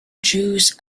jews